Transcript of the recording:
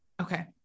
Okay